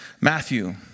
Matthew